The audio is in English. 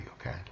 okay